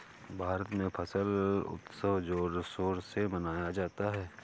भारत में फसल उत्सव जोर शोर से मनाया जाता है